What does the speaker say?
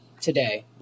today